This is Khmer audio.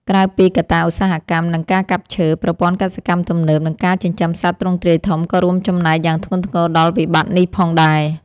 ក្រៅពីកត្តាឧស្សាហកម្ម និងការកាប់ឈើ ប្រព័ន្ធកសិកម្មទំនើប និងការចិញ្ចឹមសត្វទ្រង់ទ្រាយធំក៏រួមចំណែកយ៉ាងធ្ងន់ធ្ងរដល់វិបត្តិនេះផងដែរ។